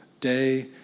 day